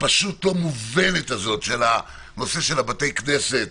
הפשוט לא מובנת הזאת של הנושא של בתי הכנסת,